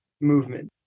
movement